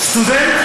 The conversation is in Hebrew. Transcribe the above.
סטודנט,